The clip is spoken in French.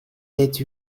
êtes